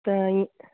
त इ